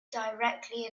directly